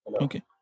okay